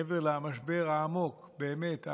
מעבר למשבר העמוק באמת,